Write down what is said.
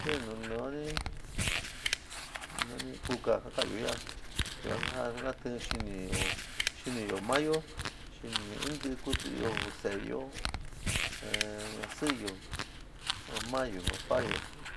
Bueno nani nani kuká ja ka'anyo yaá, yuan ja natɨɨn xiniyo xiniyo maáyo, xɨni in ntiɨ kuti se'eyo eh ñasɨɨyo mamáyo papáyo